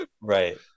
Right